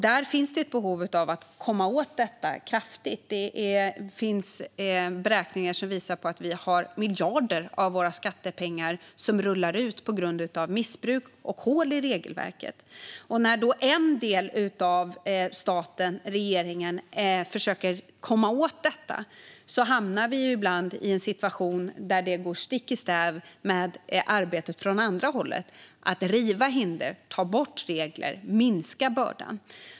Det finns ett behov av att komma åt detta ordentligt; det finns beräkningar som visar att miljarder av våra skattepengar försvinner på grund av missbruk och hål i regelverket. När en del av staten - regeringen - försöker komma åt detta hamnar vi ibland i en situation där det arbetet går stick i stäv med arbetet från andra hållet, det vill säga med att riva hinder, ta bort regler och minska bördan.